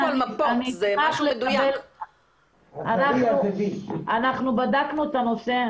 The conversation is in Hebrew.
אנחנו בדקנו את הנושא.